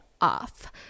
off